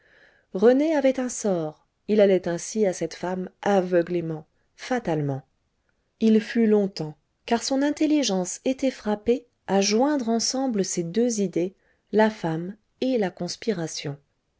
rené avait un sort il allait ainsi à cette femme aveuglément fatalement il fut longtemps car son intelligence était frappée à joindre ensemble ces deux idées la femme et la conspiration